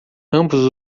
ambos